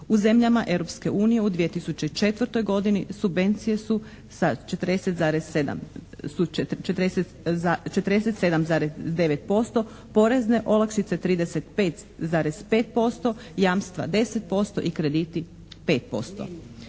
unije u 2004. godini subvencije su sa 40,7, su 47,9%, porezne olakšice 35,5%, jamstva 10% i krediti 5%.